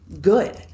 good